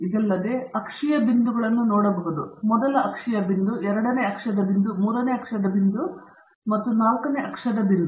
ಇದಲ್ಲದೆ ನೀವು ಅಕ್ಷೀಯ ಬಿಂದುಗಳನ್ನು ನೋಡಬಹುದು ಇದು ಮೊದಲ ಅಕ್ಷೀಯ ಬಿಂದು ಎರಡನೇ ಅಕ್ಷದ ಬಿಂದು ಮೂರನೇ ಅಕ್ಷದ ಬಿಂದು ಮತ್ತು ನಾಲ್ಕನೇ ಅಕ್ಷದ ಬಿಂದು